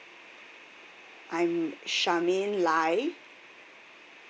I'm charmaine lai